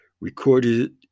recorded